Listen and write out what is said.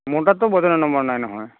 মোৰ তাততো বজেনৰ নম্বৰ নাই নহয়